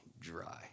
dry